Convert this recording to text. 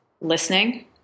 listening